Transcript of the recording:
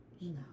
No